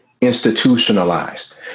institutionalized